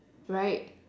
right